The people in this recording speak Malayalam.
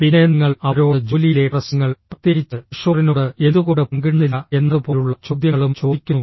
പിന്നെ നിങ്ങൾ അവരോട് ജോലിയിലെ പ്രശ്നങ്ങൾ പ്രത്യേകിച്ച് കിഷോറിനോട് എന്തുകൊണ്ട് പങ്കിടുന്നില്ല എന്നതുപോലുള്ള ചോദ്യങ്ങളും ചോദിക്കുന്നു